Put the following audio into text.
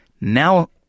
Now